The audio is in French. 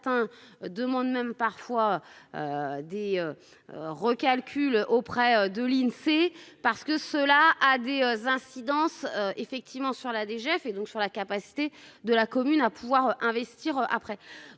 certains demandent même parfois. Des. Recalcule auprès de l'Insee, parce que cela a des incidences effectivement sur la DGF et donc sur la capacité de la commune à pouvoir investir après